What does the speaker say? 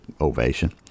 ovation